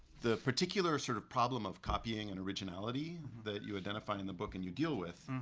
the particular sort of problem of copying and originality that you identify in the book and you deal with